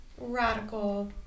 radical